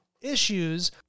issues